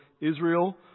Israel